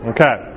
Okay